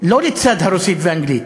לא לצד הרוסית והאנגלית,